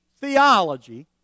theology